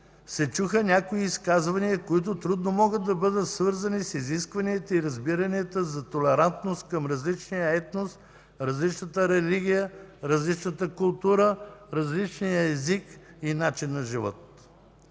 се чуха някои изказвания от парламентаристи, които трудно могат да бъдат свързани с изискванията и разбиранията за толерантност към различния етнос, различната религия, различната култура, различния език и начин на живот.